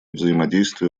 взаимодействия